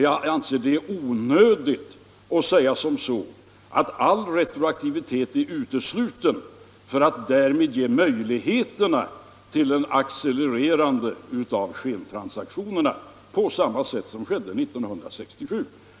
Jag anser det onödigt att säga, att all retroaktivitet är utesluten, för att därmed ge möjligheter till ett accelererande av skentransaktionerna på samma sätt som 1967.